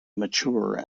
mature